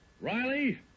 Riley